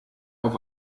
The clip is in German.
auf